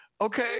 Okay